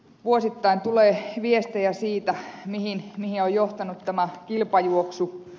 vuosittain tulee viestejä siitä mihin on johtanut tämä kilpajuoksu